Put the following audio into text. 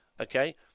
okay